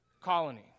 colony